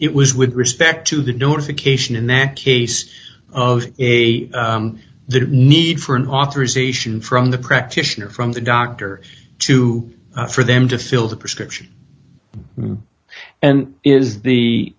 it was with respect to the don't occasion in that case of a the need for an authorization from the practitioner from the doctor to for them to fill the prescription and is